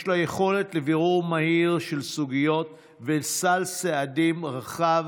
יש לה יכולת לבירור מהיר של סוגיות וסל סעדים רחב.